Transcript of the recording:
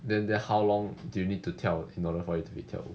then then how long do you need to 跳 in order for it to be 跳舞